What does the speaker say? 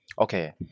Okay